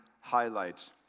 highlights